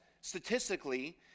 statistically